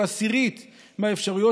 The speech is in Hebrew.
או עשירית מהאפשרויות,